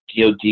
DOD